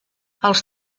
els